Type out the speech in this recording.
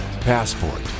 Passport